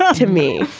ah to me.